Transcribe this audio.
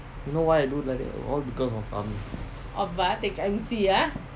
you know why I do like that all because of army